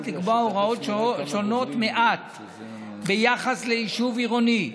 לקבוע הוראות שונות מעט ביחס ליישוב עירוני,